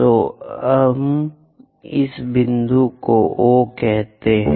तो हम इस बिंदु को O कहते हैं